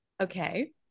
Okay